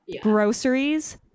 Groceries